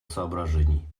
соображений